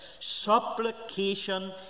Supplication